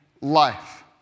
life